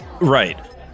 Right